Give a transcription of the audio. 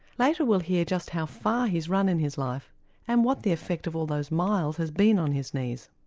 later we'll hear just how far he's run in his life and what the effect of all those miles has been on his knees.